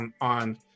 on